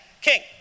king